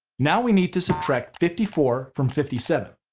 now we need to subtract fifty four from fifty seven.